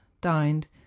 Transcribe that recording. dined